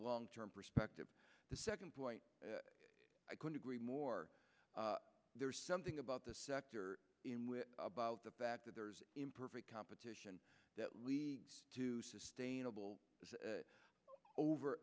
long term perspective the second point i couldn't agree more there's something about the sector about the fact that there's imperfect competition that leads to sustainable over